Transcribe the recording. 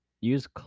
use